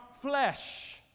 flesh